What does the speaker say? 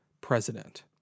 president